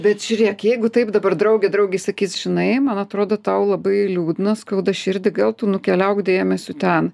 bet žiūrėk jeigu taip dabar draugė draugei sakys žinai man atrodo tau labai liūdna skauda širdį gal tu nukeliauk dėmesiu ten